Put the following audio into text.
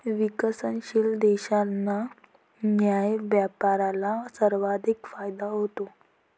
विकसनशील देशांना न्याय्य व्यापाराचा सर्वाधिक फायदा होतो